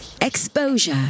Exposure